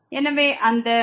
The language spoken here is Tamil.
எனவே அந்த x 1δ